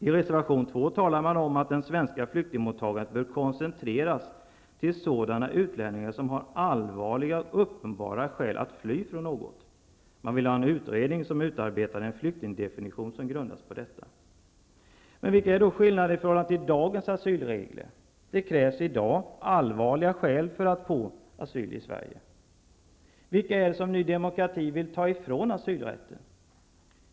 I reservation 2 talar man om att det svenska flyktingmottagandet bör koncentreras till sådana utlänningar som har allvarliga och uppenbara skäl att fly från något. Man vill ha en utredning som utarbetar en flyktingdefinition som grundas på detta. Men vilken är då skillnaden i förhållande till dagens asylregler? Det krävs i dag allvarliga skäl för att få asyl i Sverige. Vilka är det som Ny demokrati vill ta ifrån asylrätten?